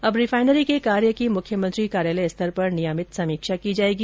अब रिफाइनरी के कार्य की मुख्यमंत्री कार्यालय स्तर पर नियमित समीक्षा की जाएगी